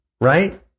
right